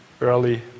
early